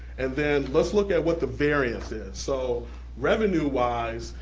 and then let's look at what the variance is. so revenue-wise,